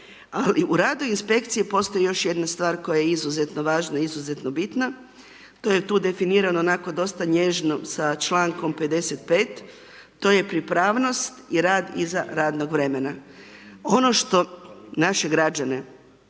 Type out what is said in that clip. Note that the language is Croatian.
u radu inspekcije postoji još jedna stvar koja je izuzetno važna, izuzetno bitna, to je tu definirano onako dosta nježno s člankom 55., to je pripravnost i rad iza radnog vremena.